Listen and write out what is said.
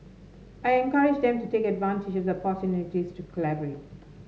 I encourage them to take advantage of the opportunities to collaborate